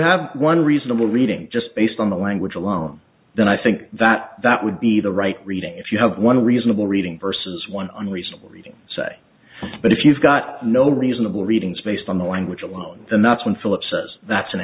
have one reasonable reading just based on the language alone then i think that that would be the right reading if you have one reasonable reading versus one on reasonable reading say but if you've got no reasonable readings based on the language alone then that's when philip says that's